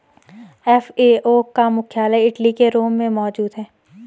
FAO का मुख्यालय Italy के रोम में मौजूद है